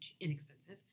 inexpensive